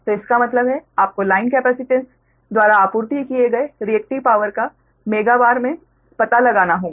तो इसका मतलब है आपको लाइन कैपेसिटेंस द्वारा आपूर्ति किए गए रिएक्टिव पावर का मेगावार में पता लगाना होगा